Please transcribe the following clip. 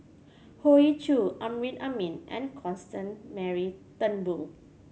Hoey Choo Amrin Amin and Constance Mary Turnbull